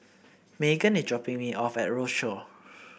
Meghann is dropping me off at Rochor